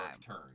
turn